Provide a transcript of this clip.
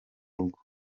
rugo